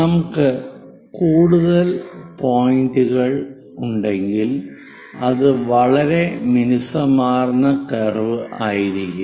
നമുക്ക് കൂടുതൽ പോയിന്റുകൾ ഉണ്ടെങ്കിൽ അത് വളരെ മിനുസമാർന്ന കർവ് ആയിരിക്കും